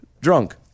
drunk